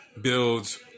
builds